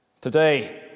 Today